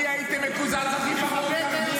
אני היית מקוזז הכי הרבה.